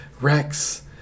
Rex